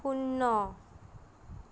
শূন্য